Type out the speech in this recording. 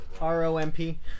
R-O-M-P